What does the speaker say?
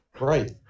right